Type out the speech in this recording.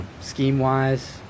scheme-wise